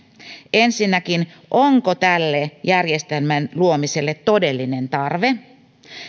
ensinnäkin onko tämän järjestelmän luomiselle todellinen tarve